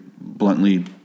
bluntly